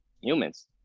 humans